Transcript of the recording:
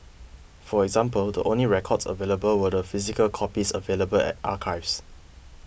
for example the only records available were the physical copies available at archives